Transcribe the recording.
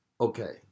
okay